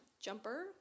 jumper